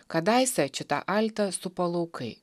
kadaise čitą altą supo laukai